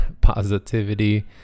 positivity